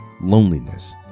Loneliness